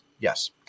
Yes